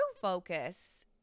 focus